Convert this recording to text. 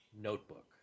notebook